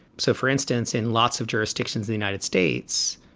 so, for instance, in lots of jurisdictions, the united states,